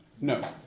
no